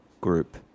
group